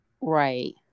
Right